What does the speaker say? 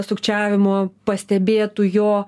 sukčiavimo pastebėtų jo